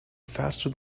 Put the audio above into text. faster